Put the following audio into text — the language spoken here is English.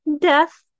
Death